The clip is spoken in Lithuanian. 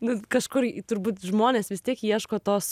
nu kažkur turbūt žmonės vis tiek ieško tos